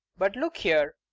but look here.